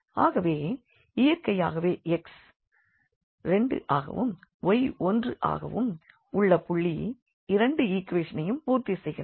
ஆகவே இயற்கையாகவே x 2 ஆகவும் y 1 ஆகவும் உள்ள புள்ளி இரண்டு ஈக்வேஷனையும் பூர்த்தி செய்கிறது